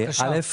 א',